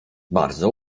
bardzo